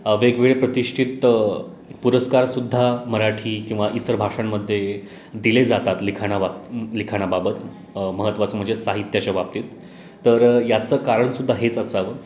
वेगवेगळे प्रतिष्ठित पुरस्कारसुद्धा मराठी किंवा इतर भाषांमध्ये दिले जातात लिखाणाबाबत लिखाणाबाबत महत्त्वाचं म्हणजे साहित्याच्या बाबतीत तर याचं कारणसुद्धा हेच असावं